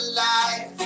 life